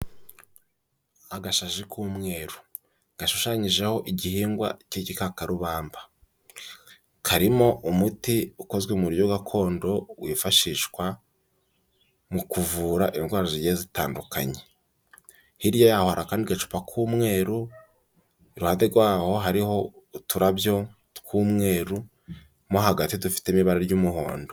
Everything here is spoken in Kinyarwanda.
Agashashi k'umweru gashushanyijeho igihingwa k'igikakarubamba, karimo umuti ukozwe mu buryo gakondo wifashishwa mu kuvura indwara zigiye zitandukanye. Hirya yaho hari akandi gacupa k'umweruru, iruhande rwaho hariho uturabyo tw'umweru mo hagati dufitemo ibara ry'umuhondo.